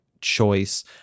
choice